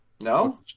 No